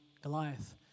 Goliath